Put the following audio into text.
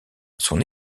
son